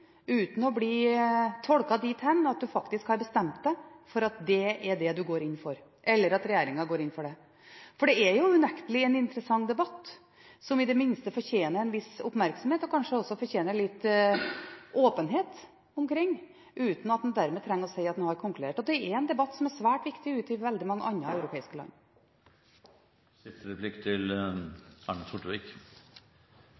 uten å bli tolket dit hen at en faktisk har bestemt at det er det regjeringen vil gå inn for. Dette er jo unektelig en interessant debatt, som i det minste fortjener en viss oppmerksomhet – og som kanskje også fortjener litt åpenhet, uten at en dermed trenger å si at en har konkludert. Det er en debatt som er svært viktig ute i veldig mange andre europeiske land. Først tilbake til